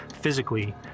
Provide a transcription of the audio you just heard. physically